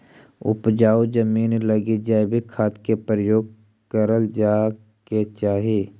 उपजाऊ जमींन लगी जैविक खाद के प्रयोग करल जाए के चाही